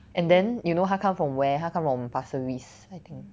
and then you know 她 come from where 她 come from pasir ris I think